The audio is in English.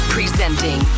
Presenting